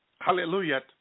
hallelujah